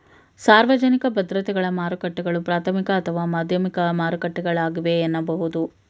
ಸಾರ್ವಜನಿಕ ಭದ್ರತೆಗಳ ಮಾರುಕಟ್ಟೆಗಳು ಪ್ರಾಥಮಿಕ ಅಥವಾ ಮಾಧ್ಯಮಿಕ ಮಾರುಕಟ್ಟೆಗಳಾಗಿವೆ ಎನ್ನಬಹುದು